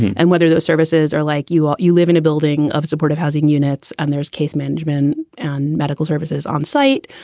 and whether those services are like you or you live in a building of supportive housing units and there's case management and medical services onsite,